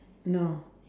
no